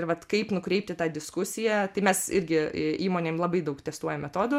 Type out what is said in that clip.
ir vat kaip nukreipti tą diskusiją tai mes irgi į įmonėm labai daug testuojam metodų